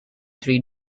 three